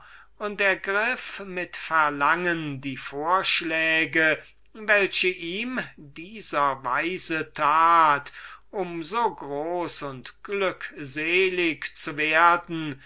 und ergriff mit verlangen die vorschläge welche ihm dieser weise tat um so groß und glückselig zu werden